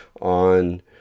on